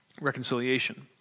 Reconciliation